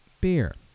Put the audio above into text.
beer